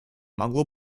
могло